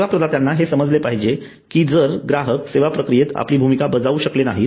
सेवा प्रदात्यांना हे समजले पाहिजे की जर ग्राहक सेवा प्रक्रियेत आपली भूमिका बजावू शकले नाहीत